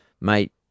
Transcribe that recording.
mate